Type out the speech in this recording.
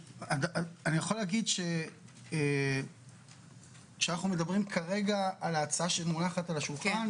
אני יכול להגיד שאנחנו מדברים כרגע על הצעה שמונחת על השולחן,